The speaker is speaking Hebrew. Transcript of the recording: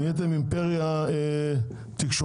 ונהייתם אימפריה תקשורתית,